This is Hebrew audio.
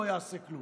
לא יעשה כלום,